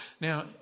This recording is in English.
Now